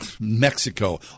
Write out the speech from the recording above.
Mexico